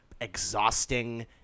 exhausting